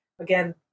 again